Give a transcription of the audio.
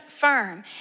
firm